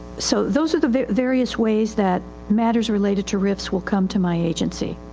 so those are the various ways that matters related to rifis will come to my agency.